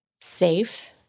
safe